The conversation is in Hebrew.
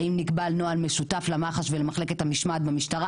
האם נקבע נוהל משותף למח"ש ולמחלקת המשמעת במשטרה,